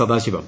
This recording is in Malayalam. സദാശിവം